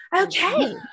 Okay